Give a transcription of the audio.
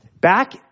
back